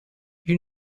you